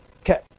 Okay